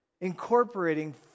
incorporating